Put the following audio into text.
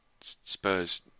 Spurs